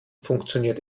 funktioniert